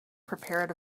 prepared